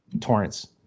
Torrance